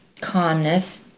Calmness